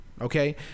Okay